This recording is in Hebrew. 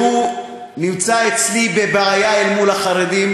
שנמצא אצלי בבעיה אל מול החרדים,